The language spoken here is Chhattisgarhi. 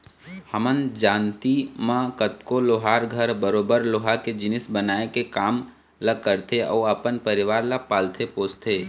हमर जानती म कतको लोहार घर बरोबर लोहा के जिनिस बनाए के काम ल करथे अउ अपन परिवार ल पालथे पोसथे